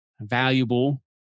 valuable